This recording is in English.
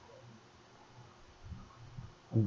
mm